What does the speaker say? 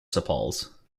sepals